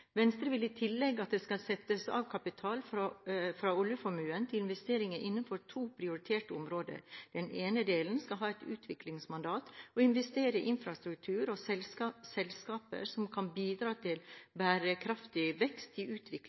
Venstre vil i tillegg at det skal settes av kapital fra oljeformuen til investeringer innenfor to prioriterte områder. Den ene delen skal ha et utviklingsmandat og investere i infrastruktur og selskaper som kan bidra til bærekraftig vekst i